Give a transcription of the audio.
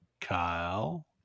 kyle